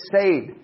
saved